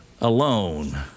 alone